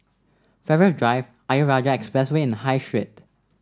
Farrer Drive Ayer Rajah Expressway and High Street